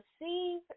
receive